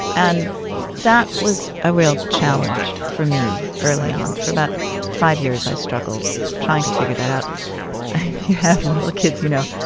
and that was a real challenge for me early on. for about five years, i struggled trying to figure that out if you have little kids, you know.